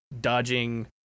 dodging